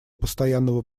постоянного